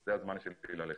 זה הזמן שאני צריך ללכת."